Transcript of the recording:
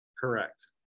Correct